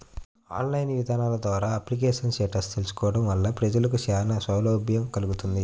online ఇదానాల ద్వారా application status తెలుసుకోవడం వలన ప్రజలకు చానా సౌలభ్యం కల్గుతుంది